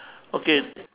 okay